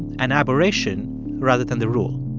an aberration rather than the rule